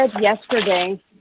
yesterday